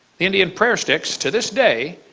the indian prayer sticks to this day,